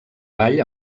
vall